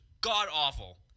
god-awful